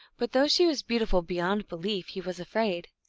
but though she was beautiful beyond belief, he was afraid.